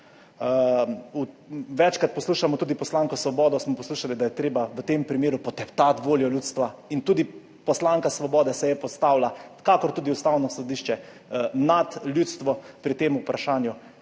Večkrat poslušamo, tudi poslanko Svobodo smo poslušali, da je treba v tem primeru poteptati voljo ljudstva in tudi poslanka Svobode se je postavila, kakor tudi Ustavno sodišče nad ljudstvo pri tem vprašanju.